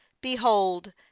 behold